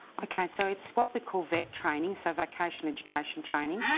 ok, so it's what they call vet training, so vocation education training,